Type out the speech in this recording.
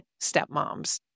stepmoms